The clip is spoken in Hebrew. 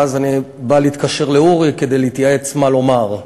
ואז אני בא להתקשר לאורי כדי להתייעץ מה לומר,